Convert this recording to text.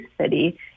city